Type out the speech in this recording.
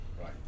right